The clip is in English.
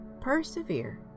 Persevere